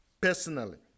personally